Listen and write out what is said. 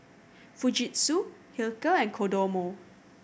Fujitsu Hilker and Kodomo